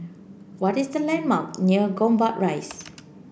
what is the landmark near Gombak Rise